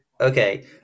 okay